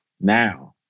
now